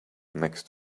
next